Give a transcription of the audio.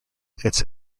its